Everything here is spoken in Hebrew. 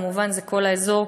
זה כל האזור,